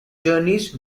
journeys